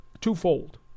twofold